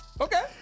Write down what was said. Okay